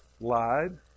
lied